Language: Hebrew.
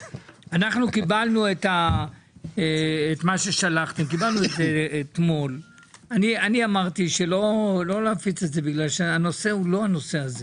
קיבלנו אתמול את מה ששלחתם ואמרתי לא להפיץ את זה בגלל שזה לא הנושא.